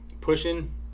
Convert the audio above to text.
pushing